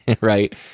right